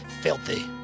filthy